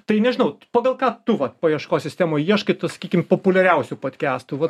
tai nežinau pagal ką tu vat paieškos sistemoj ieškai tų sakykim populiariausių podkestų vat